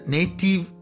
Native